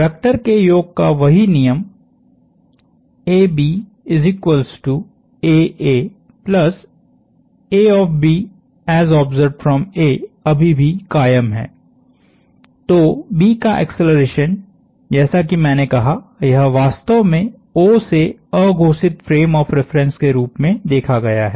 vector के योग का वही नियम अभी भी कायम हैतो B का एक्सेलरेशन जैसा की मैंने कहा यह वास्तव में O से अघोषित फ्रेम ऑफ़ रिफरेन्स के रूप में देखा गया है